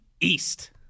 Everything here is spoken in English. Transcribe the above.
East